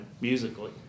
musically